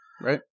Right